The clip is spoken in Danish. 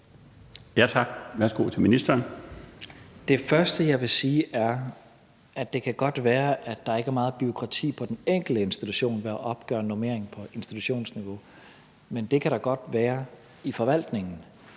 Det første, jeg vil sige, er, at det godt kan være, at der ikke er meget bureaukrati på den enkelte institution, der opgør normeringer på institutionsniveau, men det kan der godt være i forvaltningen.